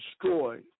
destroy